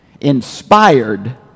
inspired